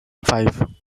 five